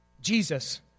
Jesus